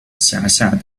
辖下